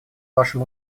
вашим